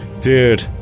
Dude